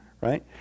Right